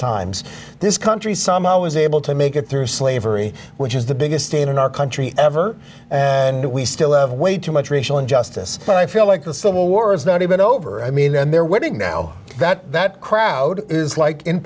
times this country somehow was able to make it through slavery which is the biggest stain in our country ever and we still have way too much racial injustice and i feel like the civil war is not even over i mean and they're winning now that that crowd is like in